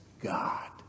God